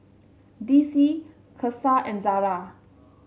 D C Cesar and Zara